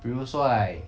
比如说 like